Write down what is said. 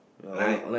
right